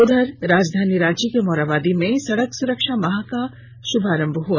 इधर राजधानी रांची के मोरहाबादी में सड़क सुरक्षा माह का आगाज हुआ